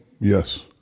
yes